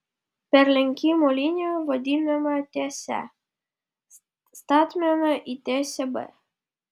perlenkimo linija vadinama tiese statmena į tiesę b